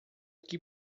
que